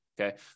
okay